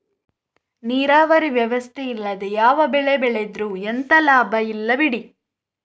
ನೀರಾವರಿ ವ್ಯವಸ್ಥೆ ಇಲ್ಲದೆ ಯಾವ ಬೆಳೆ ಬೆಳೆದ್ರೂ ಎಂತ ಲಾಭ ಇಲ್ಲ ಬಿಡಿ